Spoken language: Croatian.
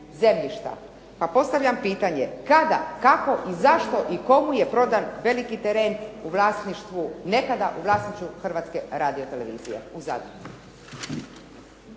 pa postavljam pitanje kada, kako i zašto i komu je prodan veliki teren u vlasništvu, nekada u vlasništvu Hrvatske radiotelevizije u Zadru.